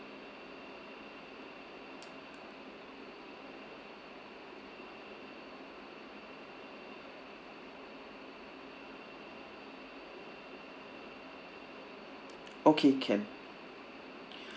okay can